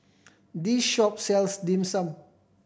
this shop sells Dim Sum